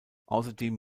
außerdem